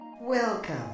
Welcome